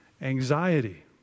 anxiety